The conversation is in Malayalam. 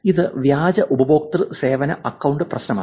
ഇത് വ്യാജ ഉപഭോക്തൃ സേവന അക്കൌണ്ട് പ്രശ്നമാണ്